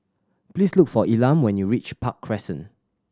please look for Elam when you reach Park Crescent